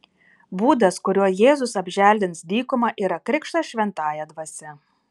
būdas kuriuo jėzus apželdins dykumą yra krikštas šventąja dvasia